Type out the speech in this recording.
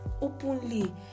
openly